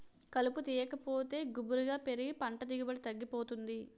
కలుపు తీయాకపోతే గుబురుగా పెరిగి పంట దిగుబడి తగ్గిపోతుంది